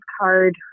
card